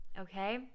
okay